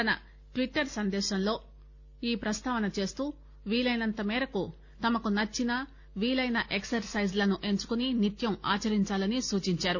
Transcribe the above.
తన ట్విట్వర్ సందేశంలో ఈ ప్రస్తావన చేస్తూ వీలైనంత మేరకు తమకు నచ్చిన వీలైన ఎక్పర్ సైజ్ లను ఎంచుకుని నిత్యం ఆచరించాలని సూచించారు